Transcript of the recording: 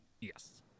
Yes